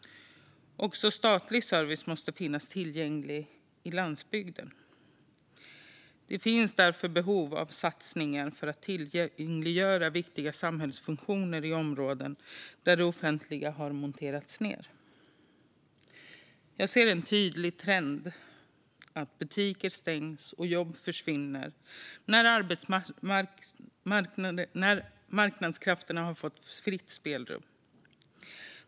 Också statlig service måste finnas tillgänglig på landsbygden. Det finns därför behov av satsningar för att tillgängliggöra viktiga samhällsfunktioner i områden där det offentliga har monterats ned. Jag ser en tydlig trend att butiker stängs och jobb försvinner när marknadskrafterna får fritt spelrum.